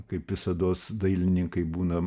kaip visados dailininkai būna